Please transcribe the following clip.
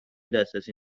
دسترسی